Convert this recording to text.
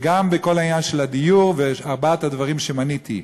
וגם בכל העניין של הדיור וארבעת הדברים שמניתי,